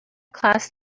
class